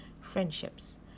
friendships